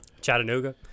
Chattanooga